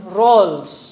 roles